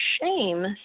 shame